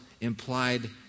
implied